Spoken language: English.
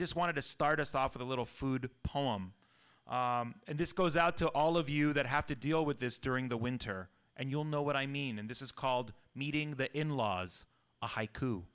just wanted to start us off with a little food poem and this goes out to all of you that have to deal with this during the winter and you'll know what i mean and this is called meeting the in laws